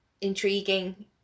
intriguing